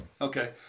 Okay